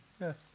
Yes